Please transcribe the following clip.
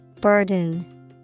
Burden